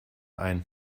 ein